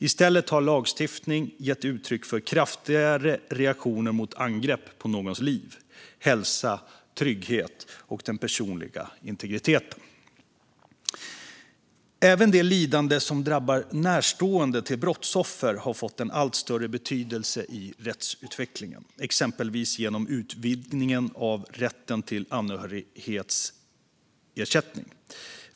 I stället har lagstiftning gett uttryck för kraftigare reaktioner mot angrepp på någons liv, hälsa och trygghet och den personliga integriteten. Även det lidande som drabbar närstående till brottsoffer har fått allt större betydelse i rättsutvecklingen, exempelvis genom utvidgningen av rätten till anhörigersättning.